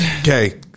Okay